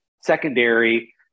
secondary